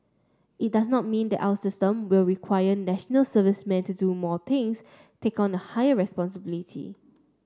it does not mean that our systems will require National Servicemen to do more things take on a higher responsibility